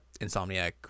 Insomniac